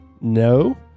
No